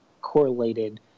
correlated